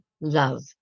love